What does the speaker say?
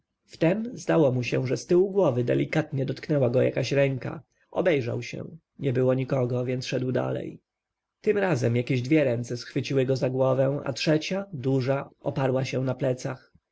wtem zdało mu się że ztyłu głowy delikatnie dotknęła go jakaś ręka obejrzał się nie było nikogo więc szedł dalej tym razem jakieś dwie ręce schwyciły go za głowę a trzecia duża oparła się na plecach